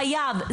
חייב,